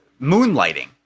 moonlighting